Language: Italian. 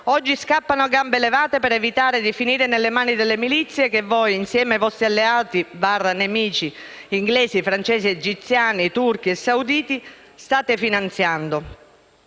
ora scappano a gambe levate per evitare di finire nelle mani delle milizie che voi, insieme ai vostri alleati/nemici inglesi, francesi, egiziani, turchi e sauditi, state finanziando.